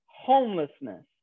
homelessness